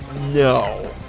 no